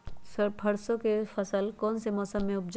सरसों की फसल कौन से मौसम में उपजाए?